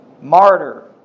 martyr